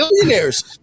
billionaires